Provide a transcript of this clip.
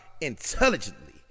intelligently